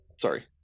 Sorry